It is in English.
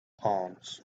palms